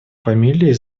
фамилии